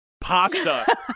pasta